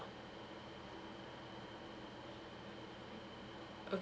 okay